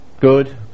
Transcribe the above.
Good